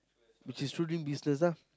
which is through doing business ah